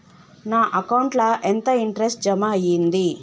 నా అకౌంట్ ల ఎంత ఇంట్రెస్ట్ జమ అయ్యింది?